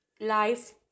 life